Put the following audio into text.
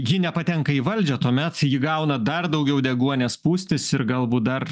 ji nepatenka į valdžią tuomet ji gauna dar daugiau deguonies pūstis ir galbūt dar